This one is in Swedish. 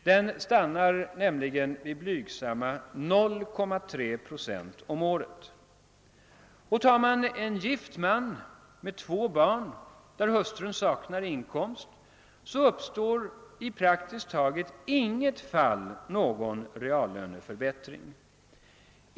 Den stannar nämligen vid blygsamma 0,3 procent 'om året. Och för en gift man med två barn, vars hustru saknar inkomst, uppstår i praktiskt taget inget fall någon reallöneförbättring.